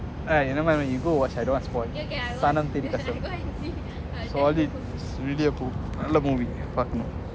ah nevermind you go watch I don't want spoil sanam theari kasam நல்ல:nalla movie